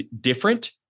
different